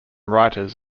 writers